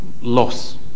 loss